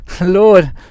Lord